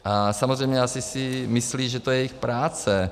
A samozřejmě asi si myslí, že to je jejich práce.